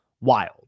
wild